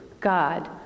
God